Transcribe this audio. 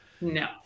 No